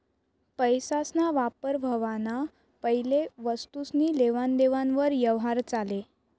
पैसासना वापर व्हवाना पैले वस्तुसनी लेवान देवान वर यवहार चाले